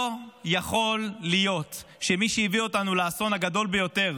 לא יכול להיות שמי שהביא אותנו לאסון הגדול ביותר